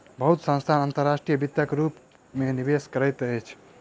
बहुत संस्थान अंतर्राष्ट्रीय वित्तक रूप में निवेश करैत अछि